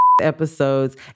episodes